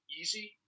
easy